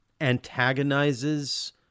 antagonizes